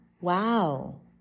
Wow